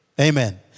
Amen